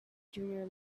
junior